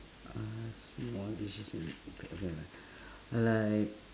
uh small decision okay okay like